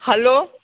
hello